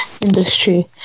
industry